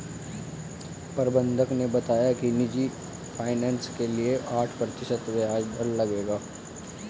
प्रबंधक ने बताया कि निजी फ़ाइनेंस के लिए आठ प्रतिशत ब्याज दर लगेगा